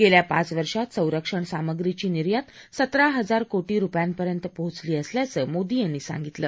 गेल्या पाच वर्षात संरक्षण सामग्रीची निर्यात सतरा हजार कोटी रुपयांपर्यंत पोहोचली असल्याचं मोदी यांनी सांगितलं